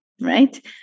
right